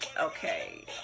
Okay